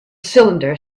cylinder